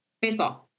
Baseball